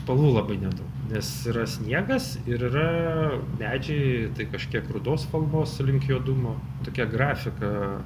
spalvų labai ne daug nes yra sniegas ir yra medžiai tai kažkiek rudos spalvos link juodumo tokia grafika